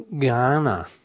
Ghana